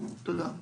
תודה.